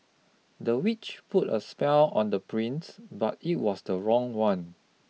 the witch put a spell on the prince but it was the wrong one